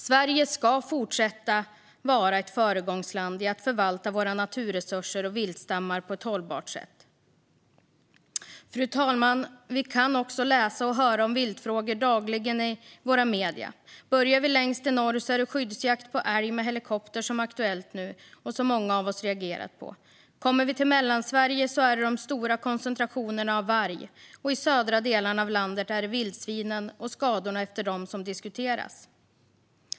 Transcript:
Sverige ska fortsätta vara ett föregångsland i fråga om att förvalta våra naturresurser och viltstammar på ett hållbart sätt. Fru talman! Vi kan dagligen läsa och höra i våra medier om viltfrågor. Om vi börjar längst i norr är det skyddsjakt på älg med helikopter som är aktuellt och som många av oss har reagerat på. När vi kommer till Mellansverige gäller det de stora koncentrationerna av varg. Och i de södra delarna av landet är det vildsvinen och skadorna efter dem som diskuteras.